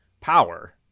power